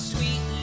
Sweet